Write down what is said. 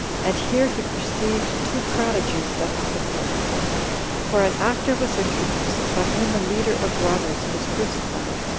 and here he perceived two prodigies that happened there for an actor was introduced, by whom a leader of robbers was crucified,